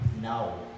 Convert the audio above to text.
now